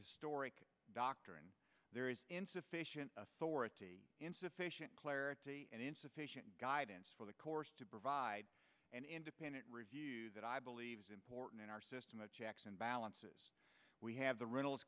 historic doctrine there is insufficient authority insufficient clarity and insufficient guidance for the course to provide an independent review that i believe as important in our system of checks and balances we have the